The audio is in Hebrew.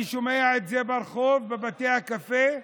אני שומע את זה ברחוב בבתי הקפה.